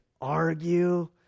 argue